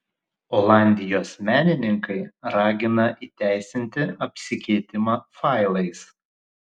olandijos menininkai ragina įteisinti apsikeitimą failais